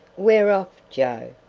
we're off, joe,